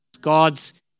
God's